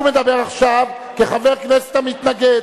הוא מדבר עכשיו כחבר כנסת המתנגד.